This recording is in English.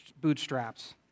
bootstraps